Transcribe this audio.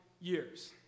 years